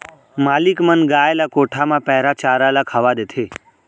मालिक मन गाय ल कोठा म पैरा चारा ल खवा देथे